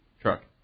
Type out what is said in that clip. truck